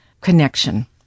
connection